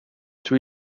two